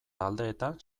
taldeetan